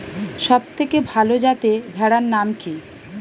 সবথেকে ভালো যাতে ভেড়ার নাম কি?